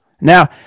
Now